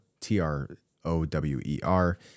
T-R-O-W-E-R